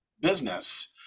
business